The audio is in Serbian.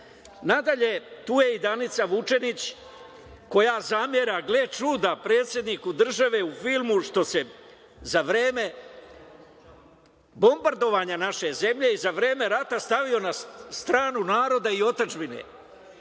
njim. Nadalje, tu je i Danica Vučenić, koja zamera, gle čuda, predsedniku države u filmu što se za vreme bombardovanja naše zemlje i za vreme rata stavio na stranu naroda i otadžbine.